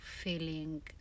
feeling